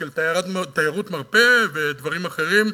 של תיירות מרפא ודברים אחרים.